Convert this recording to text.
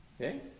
Okay